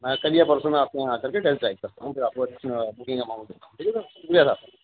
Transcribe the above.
میں کل یا پرسوں میں آپ کے یہاں آ کر کے ٹیسٹ ڈرائیو کرتا ہوں کہ آپ کے پاس بکنگ اماؤنٹ ٹھیک ہے سر شکریہ صاحب